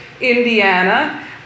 Indiana